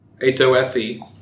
H-O-S-E